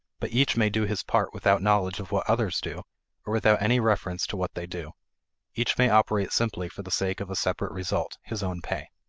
but each may do his part without knowledge of what others do or without any reference to what they do each may operate simply for the sake of a separate result his own pay.